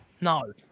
No